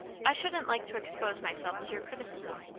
i shouldn't like to expose myself to your criticism.